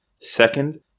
Second